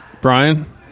Brian